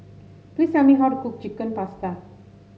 please tell me how to cook Chicken Pasta